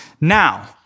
Now